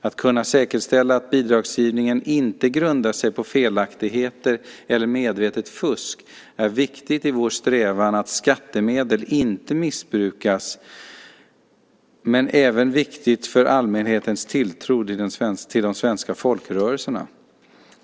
Att kunna säkerställa att bidragsgivning inte grundar sig på felaktigheter eller medvetet fusk är viktigt i vår strävan att skattemedel inte missbrukas men även viktigt för allmänhetens tilltro till de svenska folkrörelserna.